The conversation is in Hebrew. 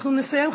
אנחנו נסיים.